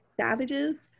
savages